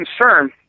concern